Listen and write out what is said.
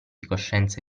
coscienza